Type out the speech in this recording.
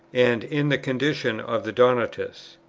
and in the condition of the donatists.